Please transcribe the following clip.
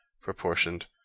proportioned